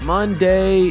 Monday